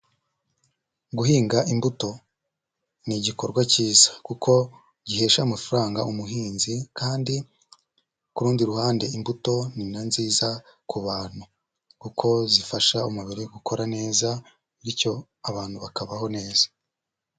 Guhinga imbuto ni igikorwa cyiza kuko gihesha amafaranga umuhinzi kandi ku rundi ruhande imbuto ni na nziza ku bantu kuko zifasha umubiri gukora neza bityo abantu bakabaho neza.